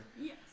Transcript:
yes